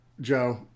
Joe